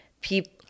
People